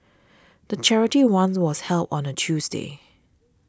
the charity run was held on a Tuesday